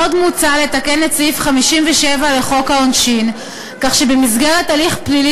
עוד מוצע לתקן את סעיף 57 לחוק העונשין כך שבמסגרת הליך פלילי